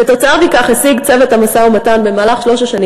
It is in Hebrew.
כתוצאה מכך השיג צוות המשא-ומתן במהלך שלוש השנים